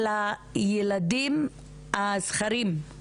על הילדים הזכרים,